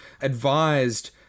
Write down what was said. advised